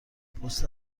پست